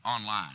online